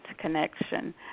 connection